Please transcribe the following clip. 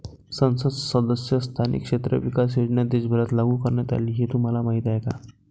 संसद सदस्य स्थानिक क्षेत्र विकास योजना देशभरात लागू करण्यात आली हे तुम्हाला माहीत आहे का?